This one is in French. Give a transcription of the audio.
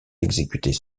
exécutés